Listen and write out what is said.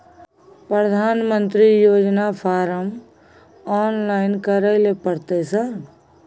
प्रधानमंत्री योजना form online करैले परतै सर?